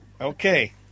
Okay